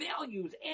values